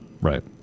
Right